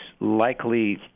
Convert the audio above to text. likely